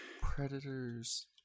Predator's